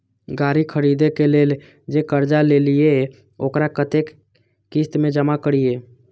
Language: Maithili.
गाड़ी खरदे के लेल जे कर्जा लेलिए वकरा कतेक किस्त में जमा करिए?